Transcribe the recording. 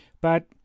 But